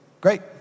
Great